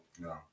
No